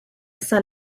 sun